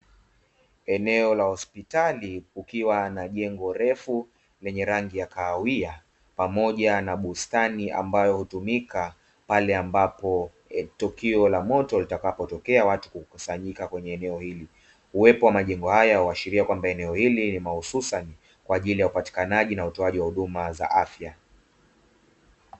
Eneo la hospitali kukiwa na jengo refu lenye rangi ya kahawia, pamoja na bustani ambayo hutumika pale ambapo tukio la moto litakapotokea watu hukusanyika kwenye eneo hili. Uwepo wa majengo haya huashiria kwamba eneo hili ni mahususi kwa ajili ya upatikanaji na utoaji wa huduma za afya.